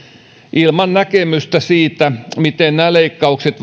ilman näkemystä siitä miten nämä leikkaukset